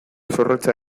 zorrotza